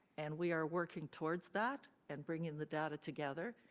and we are working towards that and bringing the data together.